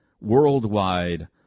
worldwide